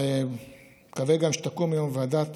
אני מקווה גם שתקום היום ועדה